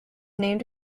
named